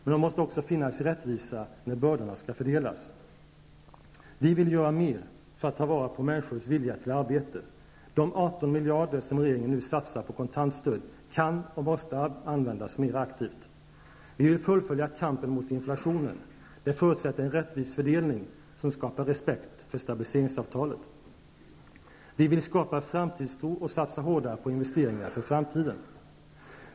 Men det måste också finnas rättvisa när bördorna skall fördelas: -- Vi vill göra mer för att ta vara på människors vilja till arbete -- de 18 miljarder som regeringen nu satsar på kontantstöd kan och måste användas mera aktivt. -- Vi vill fullfölja kampen mot inflationen -- det förutsätter en rättvis fördelning, som skapar respekt för stabiliseringsavtalet. -- Vi vill skapa framtidstro och satsa hårdare på investeringar för framtiden.